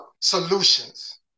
solutions